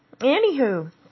Anywho